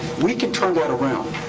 we could turn that around.